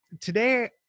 Today